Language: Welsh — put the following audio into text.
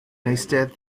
eistedd